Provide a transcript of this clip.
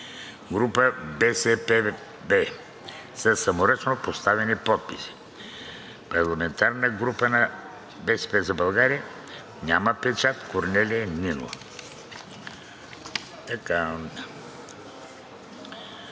на ПГ БСПБ със саморъчно подставени подписи. Парламентарната група „БСП за България“ няма печат. Корнелия Нинова.“